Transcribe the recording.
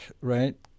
right